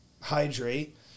Hydrate